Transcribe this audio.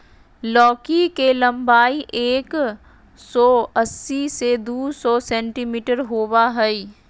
लौकी के लम्बाई एक सो अस्सी से दू सो सेंटीमिटर होबा हइ